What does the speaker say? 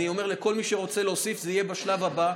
אני אומר לכל מי שרוצה להוסיף שזה יהיה בשלב הבא,